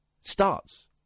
starts